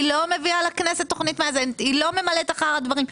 היא לא מביאה לכנסת תוכנית מאזנת והיא לא ממלאת אחר הדברים.